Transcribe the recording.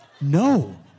No